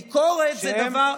ביקורת זה דבר,